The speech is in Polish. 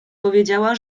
powiedziała